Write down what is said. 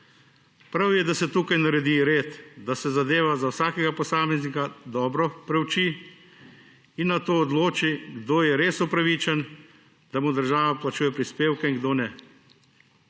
Prav je, da se tukaj naredi red, da se zaveda za vsakega posameznika dobro prouči in nato odloči, kdo je res upravičen, da mu država plačuje prispevke, in kdo ne.